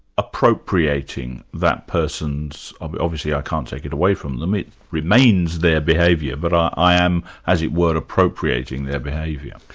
appropriating that person's obviously i can't take it away from them, it remains their behaviour, but i am, as it were, appropriating appropriating their behaviour?